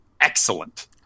excellent